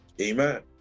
Amen